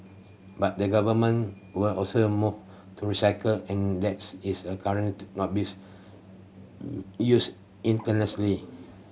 but the Government will also move to recycle and that's is a current not bees used